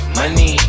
money